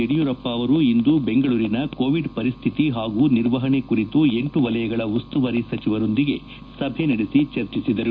ಯಡಿಯೂರಪ್ಪ ಅವರು ಇಂದು ಬೆಂಗಳೂರಿನ ಕೋವಿಡ್ ಪರಿಸ್ನಿತಿ ಹಾಗೂ ನಿರ್ವಹಣೆ ಕುರಿತು ಎಂಟು ವಲಯಗಳ ಉಸ್ತುವಾರಿ ಸಚಿವರೊಂದಿಗೆ ಸಭೆ ನಡೆಸಿ ಚರ್ಚಿಸಿದರು